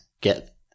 get